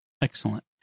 Excellent